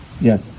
Yes